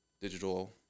digital